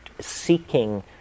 seeking